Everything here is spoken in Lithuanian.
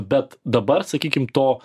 bet dabar sakykim to